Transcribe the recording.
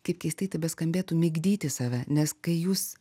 kaip keistai tai beskambėtų migdyti save nes kai jūs